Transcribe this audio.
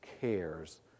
cares